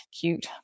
Cute